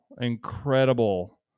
incredible